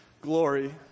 glory